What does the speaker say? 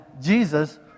Jesus